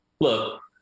look